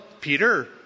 Peter